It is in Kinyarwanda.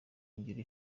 ingiro